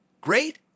Great